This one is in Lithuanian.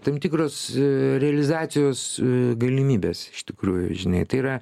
tam tikros realizacijos galimybes iš tikrųjų žinai tai yra